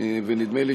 ונדמה לי,